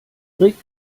rick